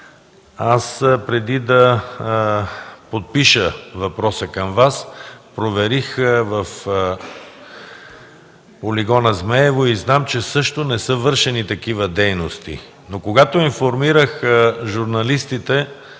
Преди да подпиша въпроса към Вас, проверих в полигона „Змейово” и знам, че също не са вършени такива дейности. Но когато информирах журналистите